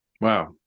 Wow